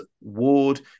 Ward